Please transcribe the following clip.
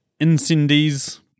Incendies